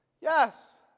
yes